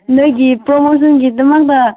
ꯅꯣꯏꯒꯤ ꯄ꯭ꯔꯣꯃꯣꯁꯟꯒꯤꯗꯃꯛꯇ